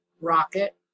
rocket